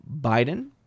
Biden